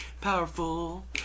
powerful